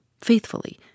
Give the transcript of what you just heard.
faithfully